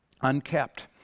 unkept